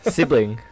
Sibling